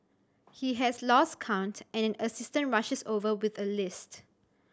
he has lost count and an assistant rushes over with a list